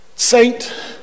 Saint